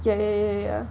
ya ya ya ya ya